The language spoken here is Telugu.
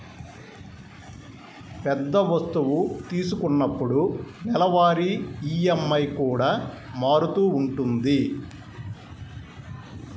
పెద్ద వస్తువు తీసుకున్నప్పుడు నెలవారీ ఈఎంఐ కూడా మారుతూ ఉంటది